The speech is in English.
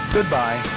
Goodbye